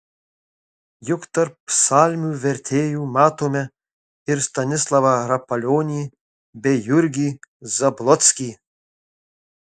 juk tarp psalmių vertėjų matome ir stanislavą rapalionį bei jurgį zablockį